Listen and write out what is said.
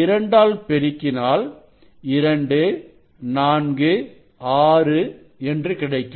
இரண்டால் பெருக்கினால் 246 என்று கிடைக்கும்